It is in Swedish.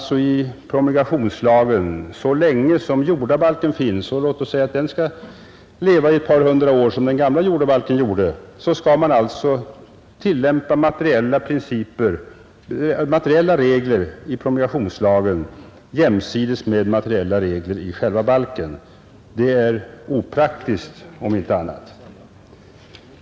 Så länge som jordabalken finns — och låt oss säga att den skall leva ett par hundra år, som den gamla jordabalken gjorde — skall man alltså tillämpa materiella regler i promulgationslagen jämsides med materiella regler i själva balken. Det är opraktiskt om inte annat.